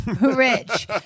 rich